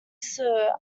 sir